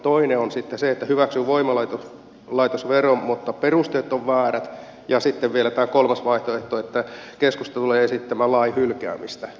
toinen on sitten se että se hyväksyy voimalaitosveron mutta perusteet ovat väärät ja sitten on vielä tämä kolmas vaihtoehto että keskusta tulee esittämään lain hylkäämistä